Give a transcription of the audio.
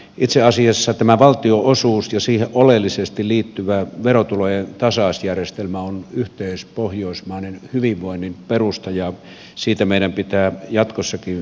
itse asiassa tämä valtionosuus ja siihen oleellisesti liittyvä verotulojen tasausjärjestelmä on yhteispohjoismaisen hyvinvoinnin perusta ja siitä meidän pitää jatkossakin pitää kiinni